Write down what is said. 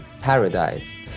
paradise